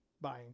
buying